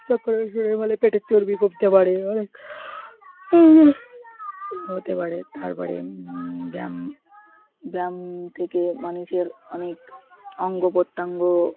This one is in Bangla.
চক্রাসনের ফলে পেটের চর্বি কমতে পারে অনেক হতে পারে তার পরে ব্যায়াম ব্যায়াম থেকে মানুষের অনেক অঙ্গ প্রত্যঙ্গ